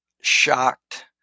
shocked